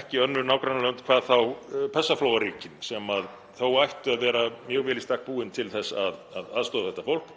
ekki önnur nágrannalönd, hvað þá Persaflóaríkin sem þó ættu að vera mjög vel í stakk búin til að aðstoða þetta fólk